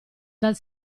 dal